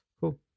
cool